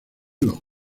los